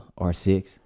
R6